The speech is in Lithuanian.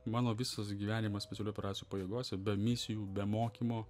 mano visas gyvenimas specialiųjų operacijų pajėgose be misijų be mokymų